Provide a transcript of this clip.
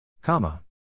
Comma